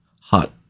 hot